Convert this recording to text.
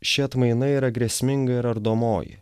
ši atmaina yra grėsminga ir ardomoji